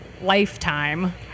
lifetime